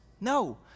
No